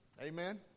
Amen